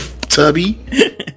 tubby